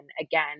again